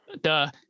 duh